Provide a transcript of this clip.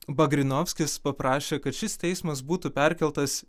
vagrinovskis paprašė kad šis teismas būtų perkeltas